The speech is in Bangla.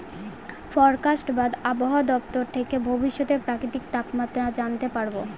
ফরকাস্ট বা আবহাওয়া দপ্তর থেকে ভবিষ্যতের প্রাকৃতিক তাপমাত্রা জানতে পারবো